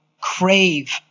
crave